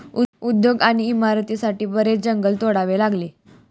उद्योग आणि इमारतींसाठी बरेच जंगल तोडावे लागले